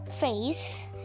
face